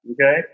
okay